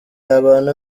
abantu